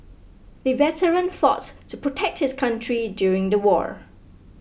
the veteran fought to protect his country during the war